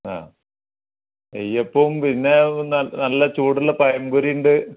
അ നെയ്യപ്പവും പിന്നെ നല്ല ചൂടുള്ള പഴം പൊരിയുണ്ട്